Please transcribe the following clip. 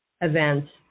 events